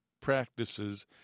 practices